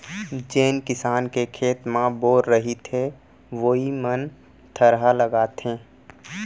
जेन किसान के खेत म बोर रहिथे वोइ मन थरहा लगाथें